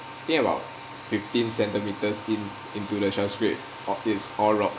I think about fifteen centimetres in into the shell scrape al~ it's all rock